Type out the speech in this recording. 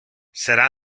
serà